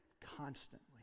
constantly